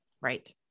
Right